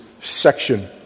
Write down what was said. section